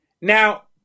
Now